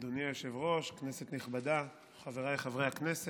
אדוני היושב-ראש, כנסת נכבדה, חבריי חברי הכנסת,